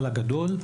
ויש אבל גדול,